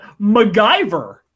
macgyver